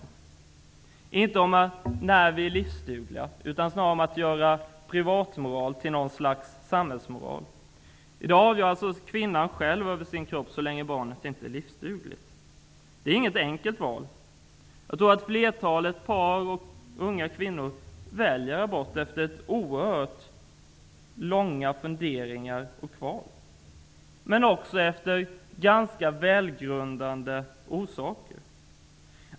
Ja, inte om när vi är livsdugliga, utan snarare om att göra privatmoral till något slags samhällsmoral. I dag bestämmer kvinnan själv över sin kropp så länge barnet inte är livsdugligt. Abort är inget enkelt val. Jag tror att flertalet par och kvinnor väljer abort efter långa funderingar, oerhörda kval och av välgrundade skäl.